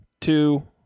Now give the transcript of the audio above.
two